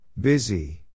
Busy